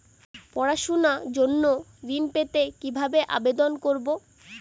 পড়াশুনা জন্য ঋণ পেতে কিভাবে আবেদন করব?